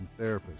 therapists